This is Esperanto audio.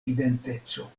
identeco